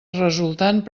resultant